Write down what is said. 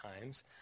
times